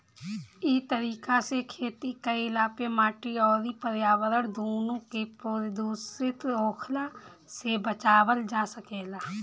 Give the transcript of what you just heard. इ तरीका से खेती कईला पे माटी अउरी पर्यावरण दूनो के प्रदूषित होखला से बचावल जा सकेला